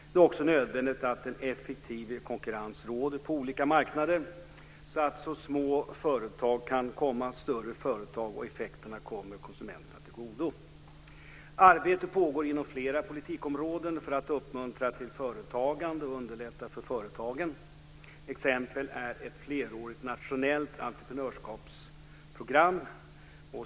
Det är också nödvändigt att en effektiv konkurrens råder på olika marknader, så att små företag kan utmana större företag och effekterna kommer konsumenterna till godo. Arbete pågår inom flera politikområden för att uppmuntra till företagande och underlätta för företagen. Exempel är ett flerårigt nationellt entreprenörskapsprogram.